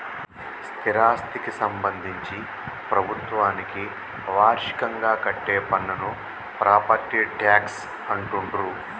స్థిరాస్థికి సంబంధించి ప్రభుత్వానికి వార్షికంగా కట్టే పన్నును ప్రాపర్టీ ట్యాక్స్ అంటుండ్రు